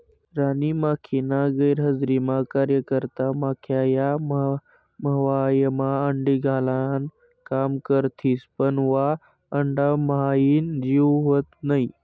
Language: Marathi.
राणी माखीना गैरहजरीमा कार्यकर्ता माख्या या मव्हायमा अंडी घालान काम करथिस पन वा अंडाम्हाईन जीव व्हत नै